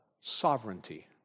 sovereignty